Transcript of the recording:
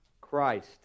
Christ